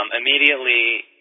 Immediately